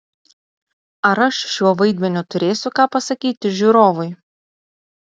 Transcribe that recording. ar aš šiuo vaidmeniu turėsiu ką pasakyti žiūrovui